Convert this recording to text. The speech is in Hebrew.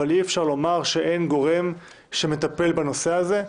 אבל אי אפשר לומר שאין גורם שמטפל בנושא הזה.